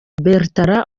bertrand